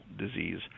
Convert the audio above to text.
disease